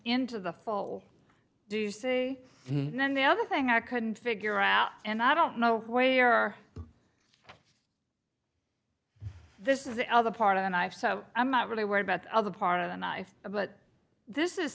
into the full deuces and then the other thing i couldn't figure out and i don't know way or this is the other part of the knife so i'm not really worried about the other part of the knife but this is